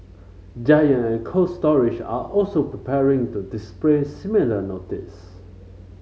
Giant and Cold Storage are also preparing to display similar notices